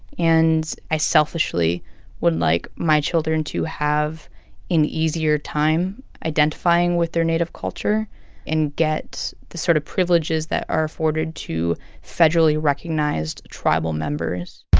and i selfishly would like my children to have an easier time identifying with their native culture and get the sort of privileges that are afforded to federally recognized tribal members